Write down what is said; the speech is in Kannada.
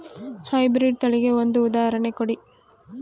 ಹೈ ಬ್ರೀಡ್ ತಳಿಗೆ ಒಂದು ಉದಾಹರಣೆ ಕೊಡಿ?